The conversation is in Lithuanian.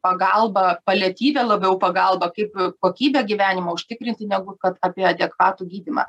pagalbą paliatyvią labiau pagalbą kaip kokybę gyvenimo užtikrinti negu kad apie adekvatų gydymą